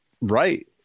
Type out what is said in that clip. right